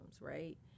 right